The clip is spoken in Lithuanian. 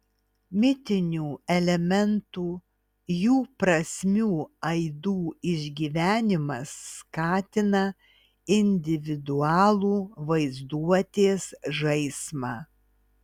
mitinių elementų jų prasmių aidų išgyvenimas skatina individualų vaizduotės žaismą